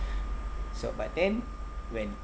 so but then when